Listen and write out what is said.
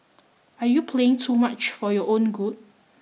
are you playing too much for your own good